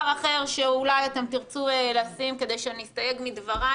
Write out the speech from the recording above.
אחר שאולי אתם תרצו לשים כדי שאני אסתייג מדבריי